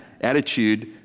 attitude